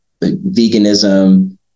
veganism